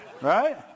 Right